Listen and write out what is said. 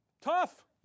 tough